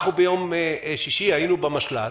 אנחנו ביום שישי היינו במשל"ט